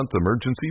emergency